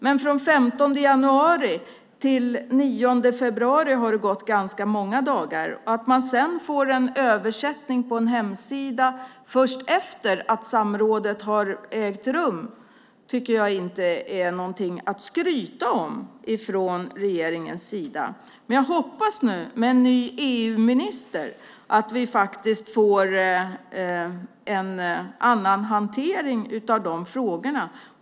Men från den 15 januari till den 9 februari har det gått ganska många dagar. Att man sedan får en översättning på en hemsida först efter det att rådet har ägt rum tycker jag inte är någonting att skryta om från regeringens sida. Jag hoppas nu med en ny EU-minister att vi får en annan hantering av de frågorna.